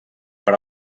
per